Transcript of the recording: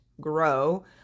grow